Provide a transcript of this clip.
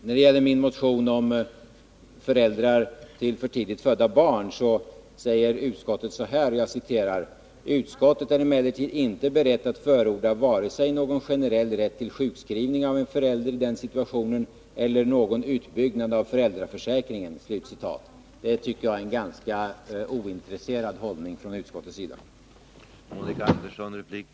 Beträffande min motion om föräldrar till för tidigt födda barn säger utskottet: ”Utskottet är emellertid inte berett att förorda vare sig någon generell rätt till sjukskrivning av en förälder i den situationen eller någon utbyggnad av föräldraförsäkringen.” Jag tycker att det är en ganska ointresserad hållning från utskottets sida.